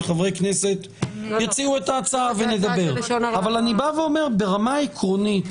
שחברי כנסת יציעו את ההצעה ונדבר אבל אני בא ואומר ברמה העקרונית,